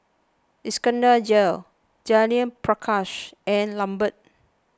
Iskandar Jalil Judith Prakash and Lambert